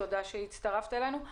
תודה שהצטרפת אלינו.